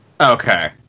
Okay